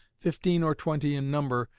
fifteen or twenty in number,